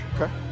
Okay